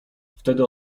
wtedy